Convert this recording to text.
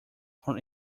from